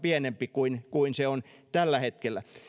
pienempi kuin kuin se on tällä hetkellä